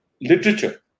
literature